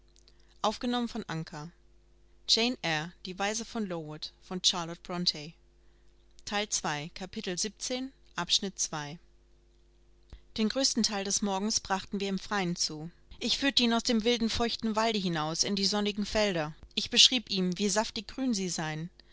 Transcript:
den größten teil des morgens brachten wir im freien zu ich führte ihn aus dem wilden feuchten walde hinaus in die sonnigen felder ich beschrieb ihm wie saftig grün sie seien